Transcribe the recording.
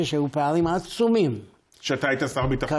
שהסעיפים האלה מביאים לכך שלנסוע מהר הצופים להר הזיתים זאת פשוט